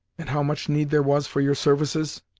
and how much need there was for your services?